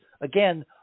again